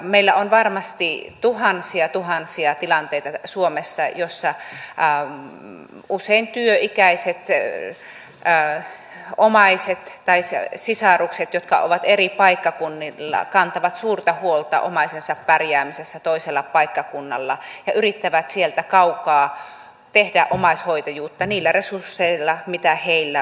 meillä on varmasti tuhansia tuhansia tilanteita suomessa joissa usein työikäiset omaiset tai sisarukset jotka ovat eri paikkakunnilla kantavat suurta huolta omaisensa pärjäämisestä toisella paikkakunnalla ja yrittävät sieltä kaukaa tehdä omaishoitajuutta niillä resursseilla mitä heillä on